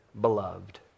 beloved